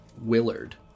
Willard